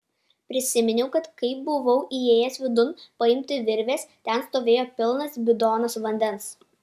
prisiminiau kad kai buvau įėjęs vidun paimti virvės ten stovėjo pilnas bidonas vandens